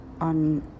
on